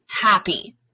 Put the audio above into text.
happy